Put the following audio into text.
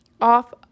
off